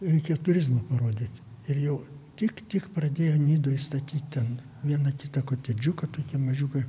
reikia turizmą parodyt ir jau tik tik pradėjo nidoj statyt ten vieną kitą kotedžiuką tokį mažiuką